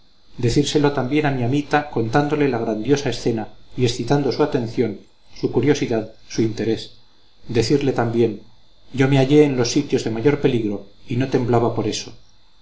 decírselo también a mi amita contándole la grandiosa escena y excitando su atención su curiosidad su interés decirle también yo me hallé en los sitios de mayor peligro y no temblaba por eso